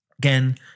Again